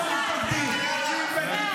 אתה חרפה, אתה גולם, אין לך מושג.